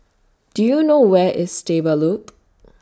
Do YOU know Where IS Stable Loop